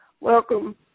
Welcome